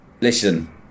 listen